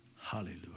Hallelujah